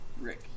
Rick